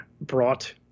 brought